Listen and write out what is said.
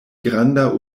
granda